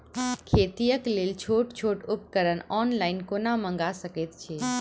खेतीक लेल छोट छोट उपकरण ऑनलाइन कोना मंगा सकैत छी?